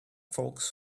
folks